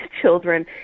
children